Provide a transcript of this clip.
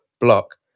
block